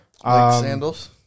Sandals